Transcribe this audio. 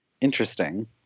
interesting